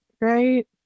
right